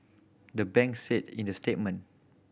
the banks said in the statement